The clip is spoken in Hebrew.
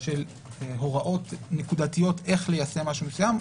של הוראות נקודתיות איך ליישם דבר מסוים,